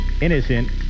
innocent